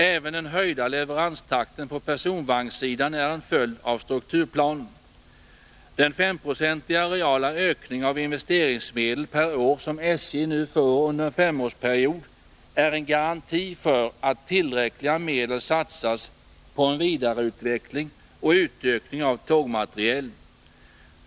Även den ökade leveranstakten på personvagnssidan är en följd av strukturplanen. Den femprocentiga reala ökning av investeringsmedel per år som SJ nu får under en femårsperiod är en garanti för att tillräckliga medel satsas på en vidareutveckling och utökning av tågmaterielen.